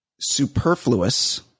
superfluous